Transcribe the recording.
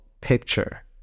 picture